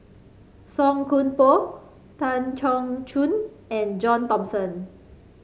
Song Koon Poh Tan Choon and John Thomson